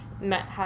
met